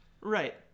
Right